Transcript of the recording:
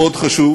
מאוד חשוב